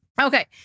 Okay